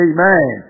Amen